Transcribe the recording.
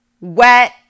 wet